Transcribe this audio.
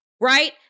right